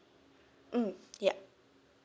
mm yup